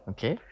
Okay